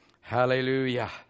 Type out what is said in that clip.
Hallelujah